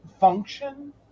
Function